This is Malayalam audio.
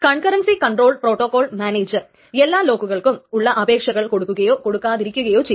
കൺകറൻസി കൺട്രോൾ പ്രോട്ടോകോൾ മാനേജർ എല്ലാ ലോക്കുകൾക്കും ഉള്ള അപേക്ഷകൾ കൊടുക്കുകയോ കൊടുക്കാതിരിക്കുകയോ ചെയ്യും